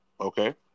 okay